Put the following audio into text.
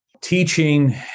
Teaching